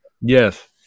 yes